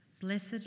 blessed